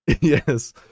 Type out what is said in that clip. Yes